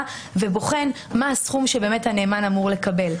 ובוחן מה הסכום שהנאמן באמת אמור לקבל.